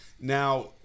now